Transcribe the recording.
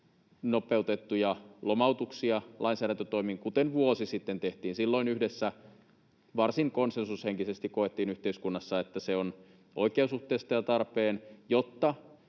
nopeutettuja lomautuksia lainsäädäntötoimin, kuten vuosi sitten tehtiin. Silloin yhdessä varsin konsensushenkisesti koettiin yhteiskunnassa, että se on oikeasuhteista ja tarpeen, jotta